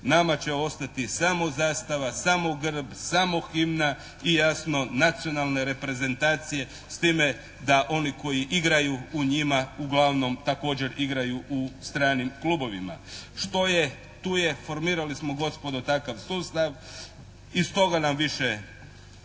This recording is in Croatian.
nama će ostati samo zastava, samo grb, samo himna i jasno nacionalne reprezentacije, s time da oni koji igraju u njima uglavnom također igraju u stranim klubovima. Što je tu je. Formirali smo gospodo takav sustav iz toga nam više